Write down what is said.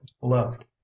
left